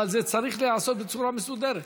אבל זה צריך להיעשות בצורה מסודרת.